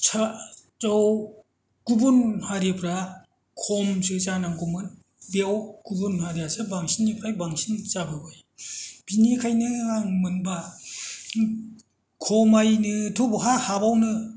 सा ज गुबुन हारिफ्रा खमसो जानांगौमोन बेयाव गुबुन हारियासो बांसिननिफ्राय बांसिन जाबोबाय बिनिखायनो आं मोनबा खमायनोथ' बहा हाबावनो